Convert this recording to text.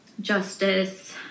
Justice